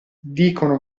dicono